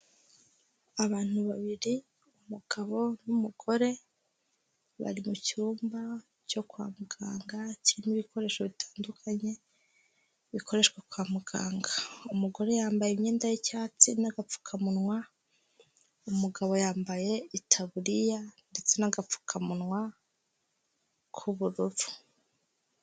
Abantu babiri umugabo n'umugore, bari mu cyumba cyo kwa muganga kirimo ibikoresho bitandukanye bikoreshwa kwa muganga. Umugore yambaye imyenda y'icyatsi n'agapfukamunwa, umugabo yambaye itaburiya ndetse n'agapfukamunwa k'ubururu.